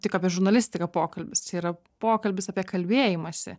tik apie žurnalistiką pokalbis yra pokalbis apie kalbėjimąsi